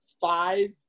five